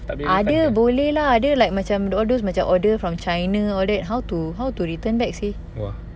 ada boleh lah ada like macam all those order macam order from china all that how to how to return back seh